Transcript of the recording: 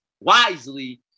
wisely